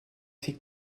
fait